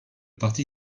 parti